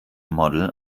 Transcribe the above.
model